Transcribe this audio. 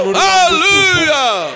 hallelujah